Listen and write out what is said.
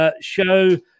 show